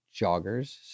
joggers